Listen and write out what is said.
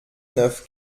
neuf